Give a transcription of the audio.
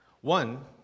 One